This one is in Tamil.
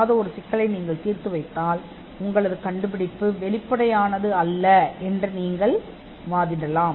மற்றவர்களால் செய்ய முடியாத ஒன்றை நீங்கள் தீர்த்ததால் உங்கள் கண்டுபிடிப்பு வெளிப்படையாக இல்லை என்று நீங்கள் வாதிடலாம்